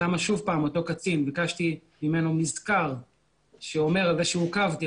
שם שוב ביקשתי מאותו קצין מזכר על כך שעוכבתי,